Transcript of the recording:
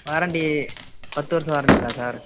warranty பத்து வருஷம் warranty இருக்கா சார்